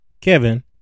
Kevin